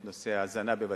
את נושא ההזנה בבתי-ספר.